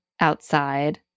outside